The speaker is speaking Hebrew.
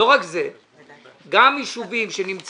לא רק זה אלא גם ישובים שנמצאים